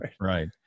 Right